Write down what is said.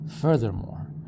Furthermore